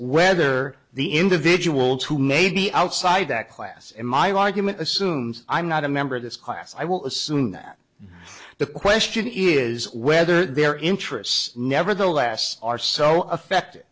whether the individuals who made the outside that class in my argument assumes i'm not a member of this class i will assume that the question is whether their interests nevertheless are so affected